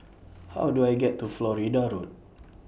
How Do I get to Florida Road